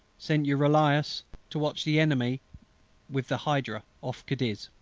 sent euryalus to watch the enemy with the hydra off cadiz.